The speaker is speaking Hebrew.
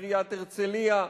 עיריית הרצלייה,